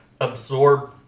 absorb